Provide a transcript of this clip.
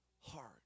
heart